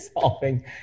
solving